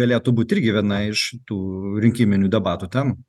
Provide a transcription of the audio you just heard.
galėtų būt irgi viena iš tų rinkiminių debatų temų